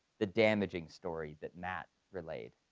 the damaging story that matt relayed.